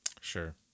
Sure